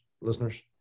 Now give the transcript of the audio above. listeners